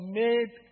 made